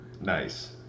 Nice